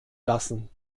lassen